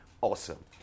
awesome